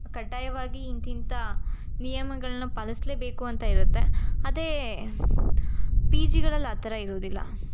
ಕಡ್ಡಾಯವಾಗಿ ಇಂಥಿಂಥ ನಿಯಮಗಳನ್ನ ಪಾಲಿಸಲೇಬೇಕು ಅಂತ ಇರುತ್ತೆ ಅದೇ ಪಿ ಜಿಗಳಲ್ಲಿ ಆ ಥರ ಇರೋದಿಲ್ಲ